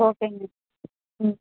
ஓகேங்க